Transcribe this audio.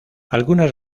algunas